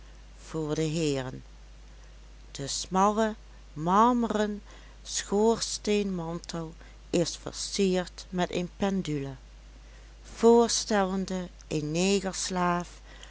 voor de heeren de smalle marmeren schoorsteenmantel is versierd met een pendule voorstellende een